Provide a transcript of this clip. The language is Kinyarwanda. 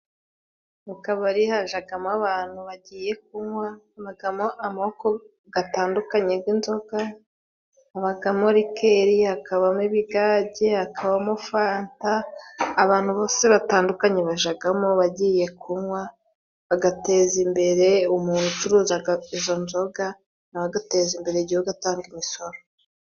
Mu kabari hajagamo abantu bagiye kunywa, habagamo amoko gatandukanye g'inzoga, habagamo rikeri, hakabamo ibigage, hakabamo fanta. Abantu bose batandukanye bajagamo bagiye kunywa, bagateza imbere umuntu ucuruzaga izo nzoga, nawe agateza imbere igihugu, atanga imisoro.